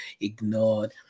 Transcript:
ignored